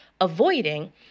avoiding